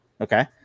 okay